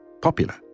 popular